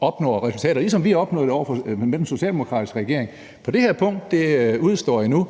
opnår resultater, ligesom vi opnåede det med den socialdemokratiske regering. På det her punkt udestår det endnu,